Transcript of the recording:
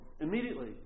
immediately